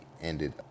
ended